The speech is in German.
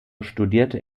studierte